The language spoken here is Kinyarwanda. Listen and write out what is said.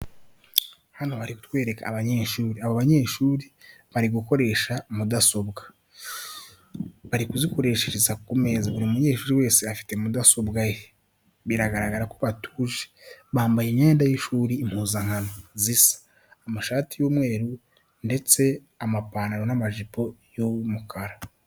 Hano bari bereka abanyeshuri. Aba banyeshuri bari gukoresha mudasobwa, bari kuzikoresha ku meza. Buri munyeshuri wese afite mudasobwa ye. Biragaragara ko batuje, bambaye imyenda y’ishuri impuzankano: amashati y’umweru ndetse n’amapantaro n’amajipo y’umukara.